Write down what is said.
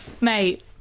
Mate